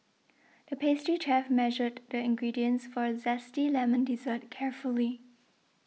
the pastry chef measured the ingredients for a Zesty Lemon Dessert carefully